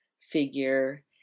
figure